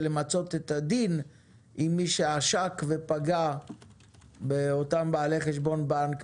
למצות את הדין עם מי שעשק ופגע באותם בעלי חשבון בנק,